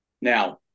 Now